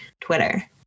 Twitter